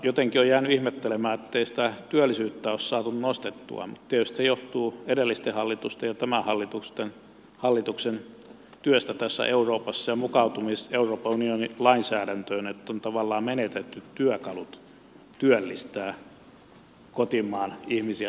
jotenkin olen jäänyt ihmettelemään ettei sitä työllisyyttä ole saatu nostettua mutta tietysti se johtuu edellisten hallitusten ja tämän hallituksen työstä euroopassa ja mukautumisesta euroopan unionin lainsäädäntöön jolloin on tavallaan menetetty työkalut työllistää kotimaan ihmisiä